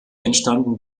entstanden